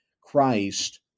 Christ